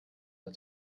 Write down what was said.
der